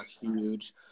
huge